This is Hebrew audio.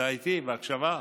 אתה איתי בהקשבה?